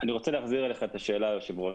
אני רוצה להחזיר אליך את השאלה אדוני היו"ר,